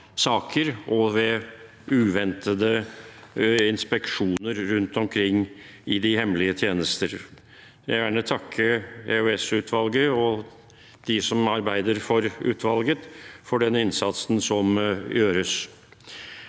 og ved uventede inspeksjoner rundt omkring i de hemmelige tjenester. Jeg vil gjerne takke EOS-utvalget og dem som arbeider for utvalget, for den innsatsen som gjøres.